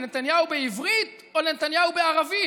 לנתניהו בעברית או נתניהו בערבית?